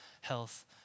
health